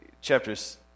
chapters